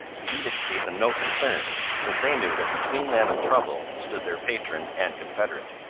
the edict gave them no concern, since they knew that between them and trouble stood their patron and confederate.